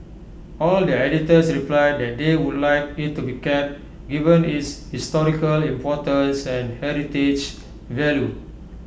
all the editors replied that they would like IT to be kept given its its historical importance and heritage value